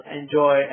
enjoy